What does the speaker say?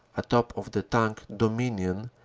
atop of the tank dominion,